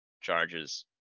charges